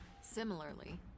Similarly